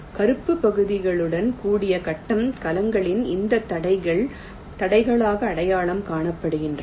கறுப்புப் பகுதிகளுடன் கூடிய கட்டம் கலங்களின் இந்த தடைகள் தடைகளாக அடையாளம் காணப்படுகின்றன